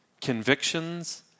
convictions